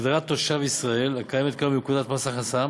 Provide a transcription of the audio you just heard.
הגדרת תושב ישראל הקיימת כיום בפקודת מס הכנסה